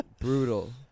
Brutal